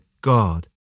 God